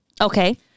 Okay